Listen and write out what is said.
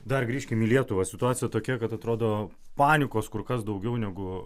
dar grįžkim į lietuvą situacija tokia kad atrodo panikos kur kas daugiau negu